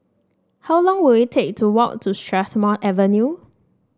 how long will it take to walk to Strathmore Avenue